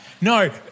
No